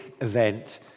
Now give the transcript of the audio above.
event